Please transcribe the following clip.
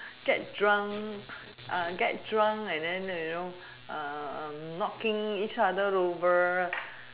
get drunk get drunk and then you know knocking each other over